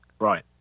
Right